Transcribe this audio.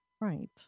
Right